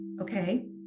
okay